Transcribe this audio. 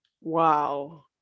wow